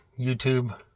YouTube